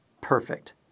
Perfect